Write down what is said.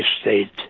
State